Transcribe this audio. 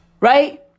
Right